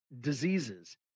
diseases